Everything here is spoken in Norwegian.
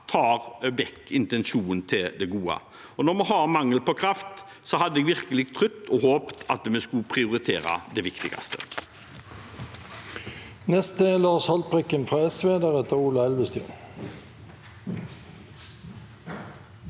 tar vekk intensjonen til det gode. Når vi har mangel på kraft, hadde jeg virkelig trodd og håpet at vi skulle prioritere det viktigste.